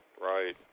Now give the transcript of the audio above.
right